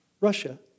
Russia